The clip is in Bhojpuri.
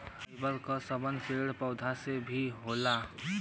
फाइबर क संबंध पेड़ पौधा से भी होला